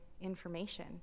information